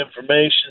information